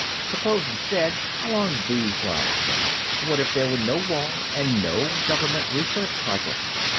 suppose instead along these lines, then what if there were no war and no government research projects?